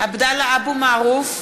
(קוראת